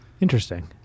Interesting